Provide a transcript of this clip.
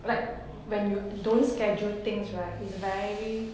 like when you don't scheduled things is very